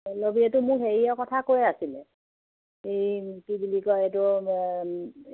পল্লৱীয়ে এইটো মোক হেৰিয়ৰ কথা কৈ আছিলে এই কি বুলি কয় এইটো